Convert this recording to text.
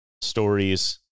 stories